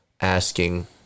asking